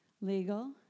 Legal